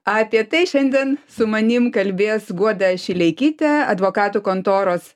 apie tai šiandien su manim kalbės guoda šileikytė advokatų kontoros